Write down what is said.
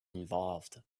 involved